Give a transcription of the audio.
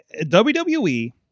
WWE